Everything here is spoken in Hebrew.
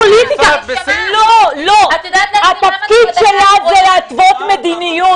אבל התפקיד שלה הוא להתוות מדיניות.